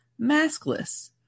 maskless